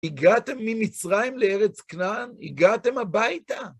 הגעתם ממצרים לארץ כנען? הגעתם הביתה.